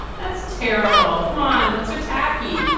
that's terrible. come on, that's so tacky.